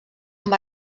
amb